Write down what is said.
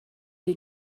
les